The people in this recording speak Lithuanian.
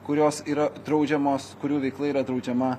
kurios yra draudžiamos kurių veikla yra draudžiama